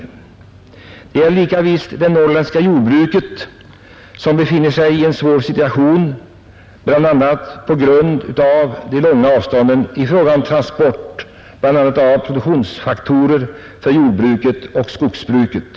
Detta gäller lika visst det norrländska jordbruket, som befinner sig i en svår situation bl.a. på grund av de långa avstånden i fråga om transport av produktionsfaktorer för jordbruket och skogsbruket.